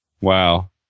Wow